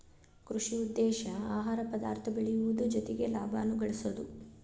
ಕೃಷಿ ಉದ್ದೇಶಾ ಆಹಾರ ಪದಾರ್ಥ ಬೆಳಿಯುದು ಜೊತಿಗೆ ಲಾಭಾನು ಗಳಸುದು